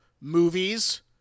movies